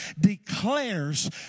declares